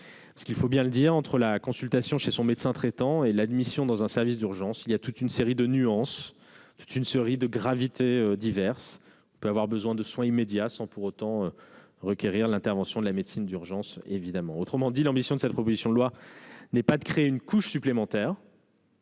requis. Il faut bien le dire, entre la consultation chez son médecin traitant et l'admission dans un service d'urgence, il y a toute une série de nuances, des degrés de gravité divers. On peut avoir besoin de soins immédiats sans pour autant requérir l'intervention de la médecine d'urgence. Autrement dit, l'ambition de cette proposition de loi est non pas de créer une couche supplémentaire,